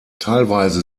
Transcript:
teilweise